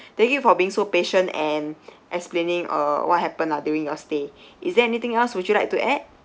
thank you for being so patient and explaining uh what happened lah during your stay is there anything else would you like to add